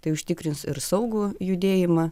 tai užtikrins ir saugų judėjimą